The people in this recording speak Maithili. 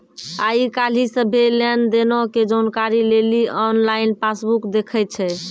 आइ काल्हि सभ्भे लेन देनो के जानकारी लेली आनलाइन पासबुक देखै छै